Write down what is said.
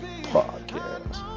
Podcast